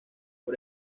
por